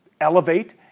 elevate